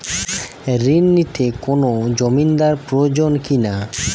ঋণ নিতে কোনো জমিন্দার প্রয়োজন কি না?